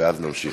ואז נמשיך.